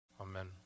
Amen